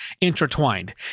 intertwined